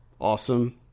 awesome